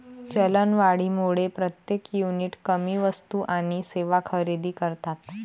चलनवाढीमुळे प्रत्येक युनिट कमी वस्तू आणि सेवा खरेदी करतात